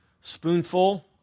spoonful